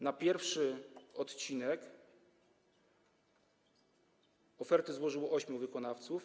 Na pierwszy odcinek oferty złożyło ośmiu wykonawców.